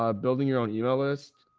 um building your own email list,